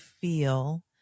feel